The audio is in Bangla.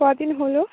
কদিন হলো